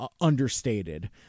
understated